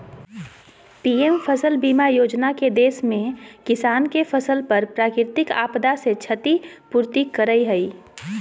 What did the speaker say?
PM फसल बीमा योजना के देश में किसान के फसल पर प्राकृतिक आपदा से क्षति पूर्ति करय हई